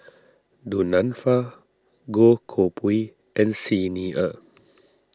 Du Nanfa Goh Koh Pui and Xi Ni Er